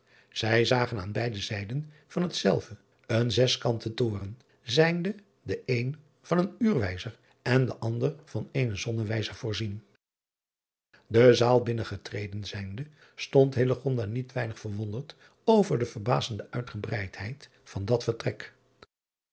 ij zagen aan beide zijden van hetzelve een zeskanten toren zijnde de een van een uurwijzer en de ander driaan oosjes zn et leven van illegonda uisman van eenen zonnewijzer voorzien e zaal binnengetreden zijnde stond niet weinig verwonderd over de verbazende uitgebreidheid van dat vertrek